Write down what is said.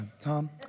Tom